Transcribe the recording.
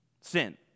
sin